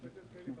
המצ'ינג מאוד חשוב.